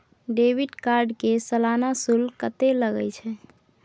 Debit card के सालाना शुल्क कत्ते लगे छै?